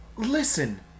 Listen